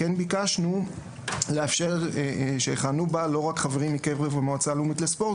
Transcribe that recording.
כן ביקשנו לאפשר שיכהנו בה לא רק חברים מקרב המועצה הלאומי לספורט,